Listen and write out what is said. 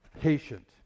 patient